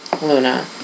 Luna